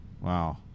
Wow